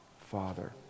Father